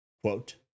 quote